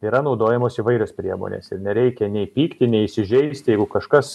yra naudojamos įvairios priemonės ir nereikia nei pykti nei įsižeisti jeigu kažkas